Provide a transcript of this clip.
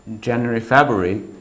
January-February